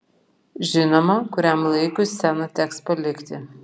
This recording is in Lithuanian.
žinoma kuriam laikui sceną teks palikti